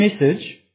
message